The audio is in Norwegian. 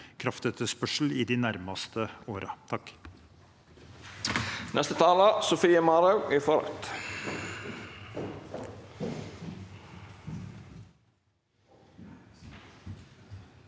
kraftetterspørsel i de nærmeste årene.